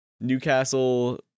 Newcastle